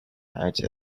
out